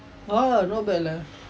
ah not bad leh